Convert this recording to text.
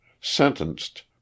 sentenced